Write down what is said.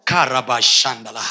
Karabashanda